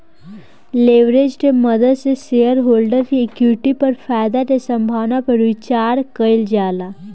leverage के मदद से शेयरहोल्डर्स के इक्विटी पर फायदा के संभावना पर विचार कइल जाला